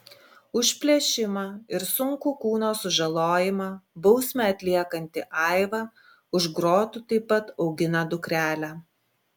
už plėšimą ir sunkų kūno sužalojimą bausmę atliekanti aiva už grotų taip pat augina dukrelę